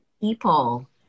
people